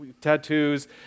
tattoos